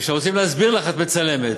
וכשרוצים להסביר לך, את מצלמת.